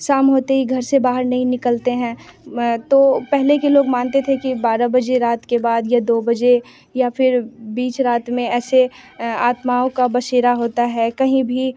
शाम होते ही घर से बाहर नहीं निकलते हैं तो पहले के लोग मानते थे कि बारह बजे रात के बाद या दो बजे या फिर बीच रात में ऐसे आत्माओं का बसेरा होता है कहीं भी